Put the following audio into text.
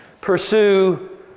Pursue